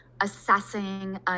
assessing